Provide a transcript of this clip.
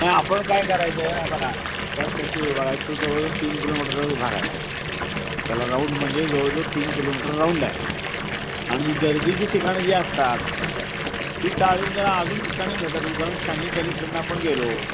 नाही आपण काय करायचं बघा त्यात कसे विभाग आहे तो जवळजवळ तीन किलोमीटरचा विभाग आहे त्याला राऊंड म्हणजे जवळजवळ तीन किलोमीटर राऊंड आहे आणि गर्दीची ठिकाणं जी असतात ती टाळून जरा अजून ठिकाणी भेटायचं उदाहरण शालिनी पॅलेसकडून आपण गेलो